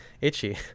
itchy